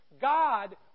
God